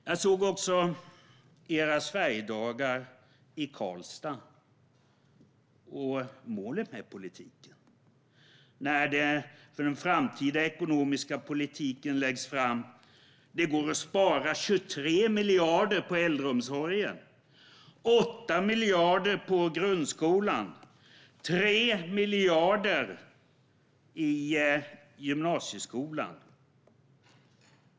Jag såg också när ni på era Sverigedagar i Karlstad lade fram målet för den framtida ekonomiska politiken: Det går att spara 23 miljarder på äldreomsorgen, 8 miljarder på grundskolan och 3 miljarder på gymnasieskolan.